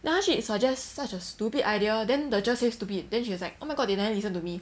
then 她去 suggest such a stupid idea then the cher say stupid then she was like oh my god they never listen to me